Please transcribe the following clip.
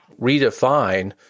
Redefine